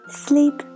sleep